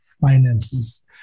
finances